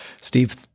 Steve